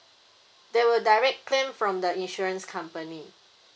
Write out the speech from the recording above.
they will direct claim from the insurance company